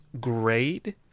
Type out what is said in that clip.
grade